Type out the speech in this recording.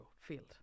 field